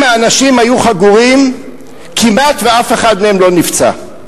אם האנשים היו חגורים, כמעט אף אחד מהם לא נפצע.